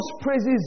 praises